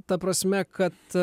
ta prasme kad